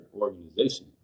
organization